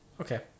Okay